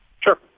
sure